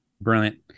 Brilliant